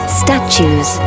statues